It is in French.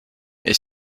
est